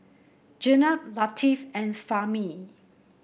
Jenab Latif and Fahmi